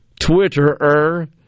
Twitterer